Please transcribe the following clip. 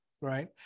right